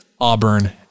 Auburn